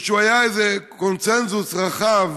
משום שהוא היה איזה קונסנזוס רחב